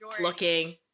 looking